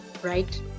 right